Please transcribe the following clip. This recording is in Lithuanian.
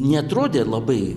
neatrodė labai